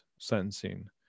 sentencing